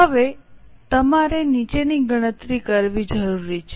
હવે તમારે નીચેની ગણતરી કરવી જરૂરી છે